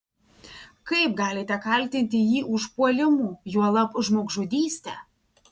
kaip galite kaltinti jį užpuolimu juolab žmogžudyste